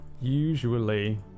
usually